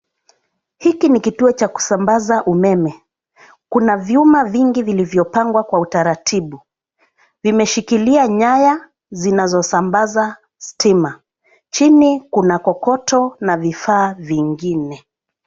Hiki ni kituo cha kusambaza umeme, kuna vyuma vingi vilivyopangwa kwa utaratibu. Vimeshikilia nyaya zinazosambaza stima. Chini kuna kokoto na vifaa vingine.